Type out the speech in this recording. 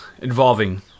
involving